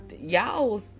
y'all